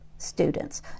students